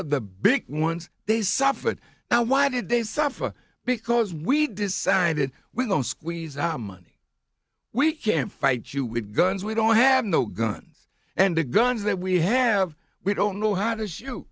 of the big ones they suffered now why did they suffer because we decided we don't squeeze out money we can't fight you with guns we don't have no guns and the guns that we have we don't know how to shoot